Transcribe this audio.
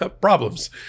problems